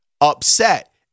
upset